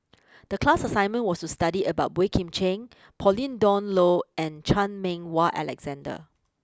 the class assignment was to study about Boey Kim Cheng Pauline Dawn Loh and Chan Meng Wah Alexander